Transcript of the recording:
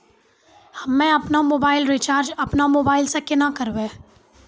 हम्मे आपनौ mobile recharge आपनौ मोबाइल से केना करवै?